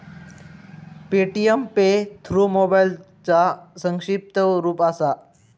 Paytm pay through मोबाईलचा संक्षिप्त रूप असा